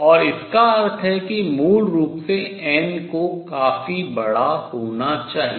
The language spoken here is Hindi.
और इसका अर्थ है कि मूल रूप से n को काफी बड़ा होना चाहिए